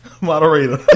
moderator